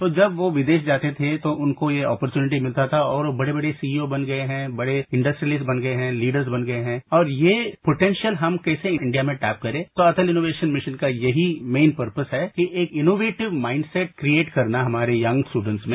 तो जब वे विदेश जाते थे तो उनको ये अपोर्चुनिटी मिलता था और बड़े बड़े सीईओ बन गये हैं बड़े इंडस्ट्रियलिस्ट बन गये हैं लीडर्स बन गये हैं और यही पोटेंशियल हम कैसे इंडिया में टैप करें तो अटल इनोवेशन मिशन का यही मेन पर्पस है कि एक इनोवेटिव माइंडसेट क्रिएट करना हमारे यंग स्टुडेंट्स में